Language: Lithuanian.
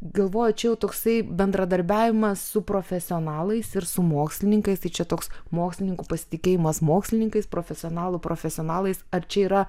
galvojau čia toksai bendradarbiavimas su profesionalais ir su mokslininkais tai čia toks mokslininkų pasitikėjimas mokslininkais profesionalų profesionalais ar čia yra